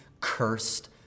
cursed